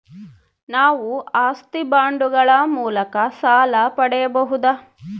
ನಾವು ಆಸ್ತಿ ಬಾಂಡುಗಳ ಮೂಲಕ ಸಾಲ ಪಡೆಯಬಹುದಾ?